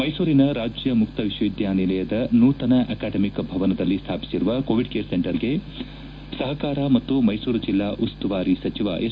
ಮೈಸೂರಿನ ರಾಜ್ಯ ಮುಕ್ತ ವಿಶ್ವವಿದ್ಯಾನಿಲಯದ ನೂತನ ಅಕಾಡೆಮಿಕ್ ಭವನದಲ್ಲಿ ಸ್ಮಾಪಿಸಿರುವ ಕೋವಿಡ್ ಕೇರ್ ಸೆಂಟರ್ ಗೆ ಸಹಕಾರ ಮತ್ತು ಮೈಸೂರು ಜಿಲ್ಲಾ ಉಸ್ತುವಾರಿ ಸಚಿವ ಎಸ್